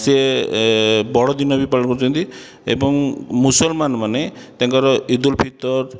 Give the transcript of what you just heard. ସିଏ ବଡ଼ ଦିନ ବି ପାଳନ କରୁଛନ୍ତି ଏବଂ ମୁସଲମାନ ମାନେ ତାଙ୍କର ଇଦୁଲ ଫିତର